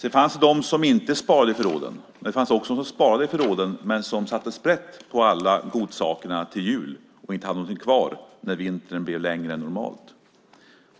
Det fanns de som inte sparade i förråden. Det fanns också de som sparade i förråden men som satte sprätt på alla godsakerna till jul och inte hade någonting kvar när vintern blev längre än normalt.